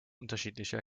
unterschiedliche